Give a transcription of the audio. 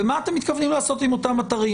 ומה אתם מתכוונים לעשות עם אותם אתרים?